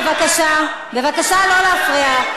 בבקשה לא להפריע.